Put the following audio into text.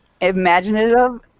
imaginative